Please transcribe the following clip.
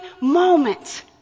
moment